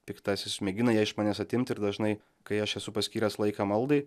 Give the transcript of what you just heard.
piktasis mėgina ją iš manęs atimt ir dažnai kai aš esu paskyręs laiką maldai